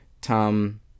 Tom